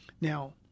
Now